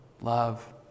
Love